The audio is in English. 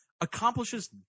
Accomplishes